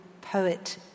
poet